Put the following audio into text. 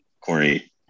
Corey